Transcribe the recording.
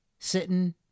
sitting